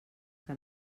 que